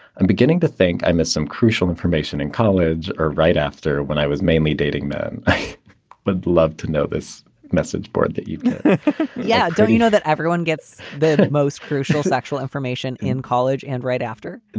i'm beginning to think i missed some crucial information in college or right after when i was mainly dating men. i would love to know this message board that you yeah. don't you know that everyone gets the most crucial sexual information in college and right after.